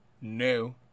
no